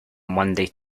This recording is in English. monday